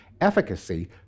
efficacy